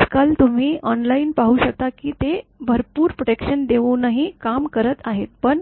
आजकाल तुम्ही ऑनलाइन पाहू शकता की ते भरपूर प्रोटेक्शन देऊनही काम करत आहेतपण